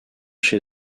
chez